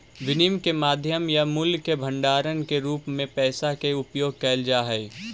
विनिमय के माध्यम या मूल्य के भंडारण के रूप में पैसा के उपयोग कैल जा हई